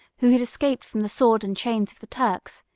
who had escaped from the sword and chains of the turks,